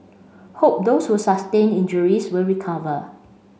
hope those who sustained injuries will recover